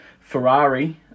ferrari